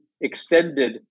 extended